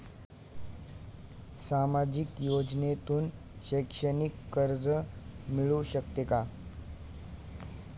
सामाजिक योजनेतून शैक्षणिक कर्ज मिळू शकते का?